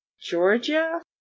Georgia